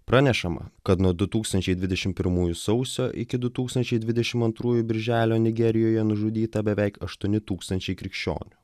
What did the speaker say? pranešama kad nuo du tūkstančiai dvidešim pirmųjų sausio iki du tūkstančiai dvidešim antrųjų birželio nigerijoje nužudyta beveik aštuoni tūkstančiai krikščionių